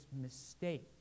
mistake